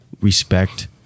respect